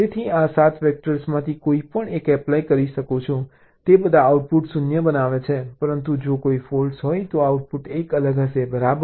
તેથી હું આ 7 વેક્ટર્સમાંથી કોઈપણ એક એપ્લાય કરી શકું છું તે બધા આઉટપુટ 0 બનાવે છે પરંતુ જો કોઈ ફૉલ્ટ હોય તો આઉટપુટ 1 અલગ હશે બરાબર